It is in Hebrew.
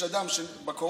יש אדם שבקורונה,